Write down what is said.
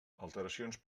alteracions